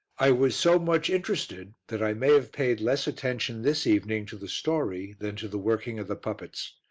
i was so much interested that i may have paid less attention this evening to the story than to the working of the puppets.